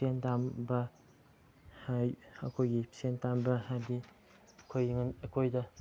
ꯁꯦꯟ ꯇꯥꯟꯕ ꯑꯩꯈꯣꯏꯒꯤ ꯁꯦꯟ ꯇꯥꯟꯕ ꯍꯥꯏꯗꯤ ꯑꯩꯈꯣꯏ ꯑꯩꯈꯣꯏꯗ